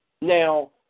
Now